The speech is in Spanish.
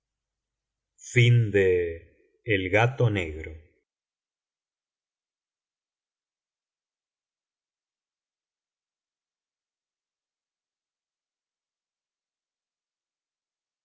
el gato negro